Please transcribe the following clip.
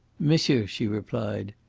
monsieur, she replied,